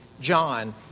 John